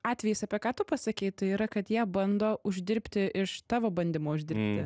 atvejis apie ką tu pasakei tai yra kad jie bando uždirbti iš tavo bandymo uždirbti